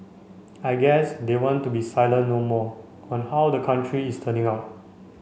I guess they want to be silent no more on how the country is turning out